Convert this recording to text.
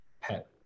pet